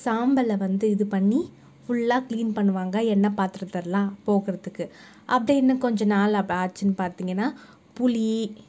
சாம்பலை வந்து இது பண்ணி ஃபுல்லாக கிளீன் பண்ணுவாங்க எண்ணெய் பாத்திரத்தயெல்லாம் போக்குகிறத்துக்கு அப்டே இன்னும் கொஞ்சம் நாளில் அப்போ ஆச்சுன்னு பார்த்திங்கன்னா புளி